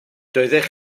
doeddech